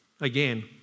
Again